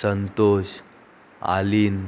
Santosh Aleen